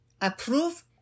approve